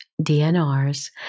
DNRs